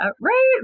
right